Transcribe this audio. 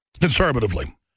conservatively